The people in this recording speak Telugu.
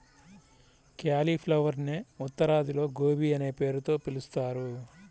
క్యాలిఫ్లవరునే ఉత్తరాదిలో గోబీ అనే పేరుతో పిలుస్తారు